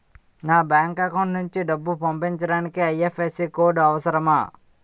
నా bank account నుంచి డబ్బు పంపించడానికి ఐ.ఎఫ్.ఎస్.సి కోడ్ అవసరమా?